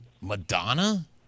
Madonna